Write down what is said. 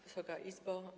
Wysoka Izbo!